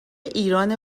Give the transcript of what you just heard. ایرانه